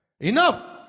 Enough